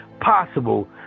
possible